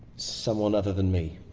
someone other than me.